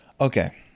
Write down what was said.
Okay